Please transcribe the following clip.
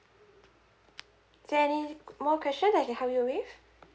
is there more questions I can help you with